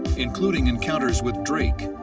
including encounters with drake,